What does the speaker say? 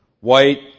White